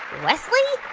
wesley,